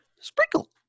sprinkle